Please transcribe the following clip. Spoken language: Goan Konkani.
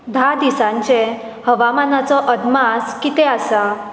धा दिसांचे हवामानाचो अदमास कितें आसा